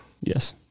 Yes